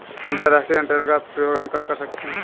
अंतर्राष्ट्रीय अंतरण का प्रयोग हम कब कर सकते हैं?